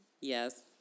Yes